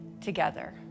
together